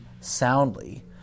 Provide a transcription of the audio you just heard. soundly